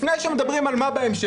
לפני שמדברים על מה בהמשך,